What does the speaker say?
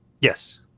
Yes